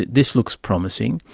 this looks promising.